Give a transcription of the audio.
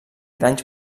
danys